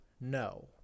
no